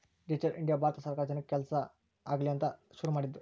digital India Bharat ಸರ್ಕಾರ ಜನಕ್ ಎಲ್ಲ ಕೆಲ್ಸ ಜಲ್ದೀ ಆಗಲಿ ಅಂತ ಶುರು ಮಾಡಿದ್ದು